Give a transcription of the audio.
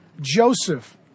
Joseph